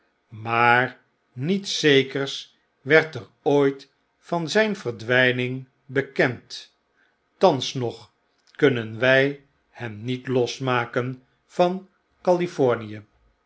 maar niets zekers werd er ooit van zyn verdwyning bekend thans nog kunnen wy hem niet losmaken van